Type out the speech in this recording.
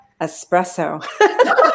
Espresso